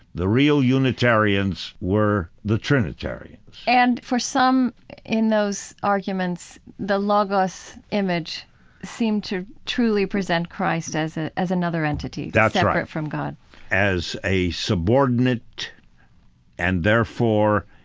the real unitarians were the trinitarians and for some in those arguments, the logos image seemed to truly present christ as ah as another entity, that's right, separate from god as a subordinate and, therefore,